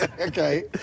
Okay